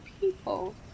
people